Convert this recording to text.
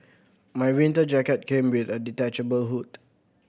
my winter jacket came with a detachable hood